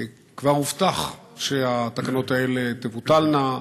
הובטח שהתקנות האלה תבוטלנה.